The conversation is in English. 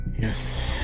Yes